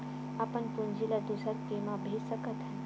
अपन पूंजी ला दुसर के मा भेज सकत हन का?